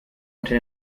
unter